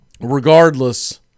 Regardless